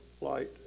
light